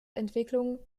entwicklung